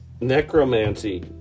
necromancy